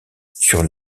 sur